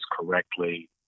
correctly